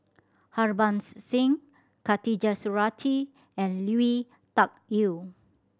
Harbans Singh Khatijah Surattee and Lui Tuck Yew